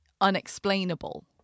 unexplainable